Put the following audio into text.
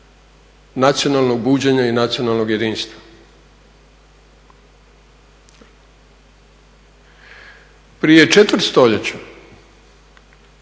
nacionalnog buđenja i nacionalnog jedinstva. Prije četvrt stoljeća